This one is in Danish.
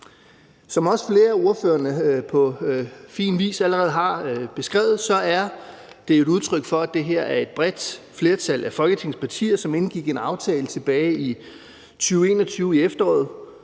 Som flere af ordførerne på fin vis allerede har beskrevet, er det et udtryk for, at det var et bredt flertal af Folketingets partier, som indgik en aftale tilbage i efteråret